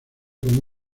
como